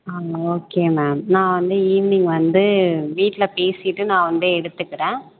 ஆ okay ma'am நான் வந்து evening வந்து வீட்டில் பேசிவிட்டு நான் வந்து எடுத்துக்கிறேன்